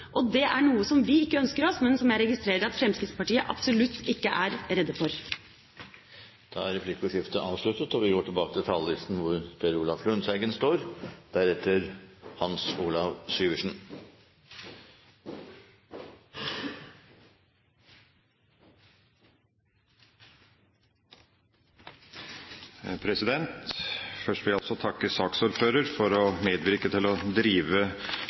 bottom». Det er noe vi ikke ønsker oss, men som jeg registrerer at Fremskrittspartiet absolutt ikke er redd for. Replikkordskiftet er omme. Først vil jeg takke saksordføreren for å medvirke til å drive